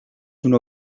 uno